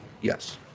Yes